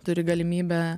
turi galimybę